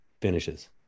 finishes